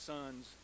sons